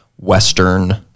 Western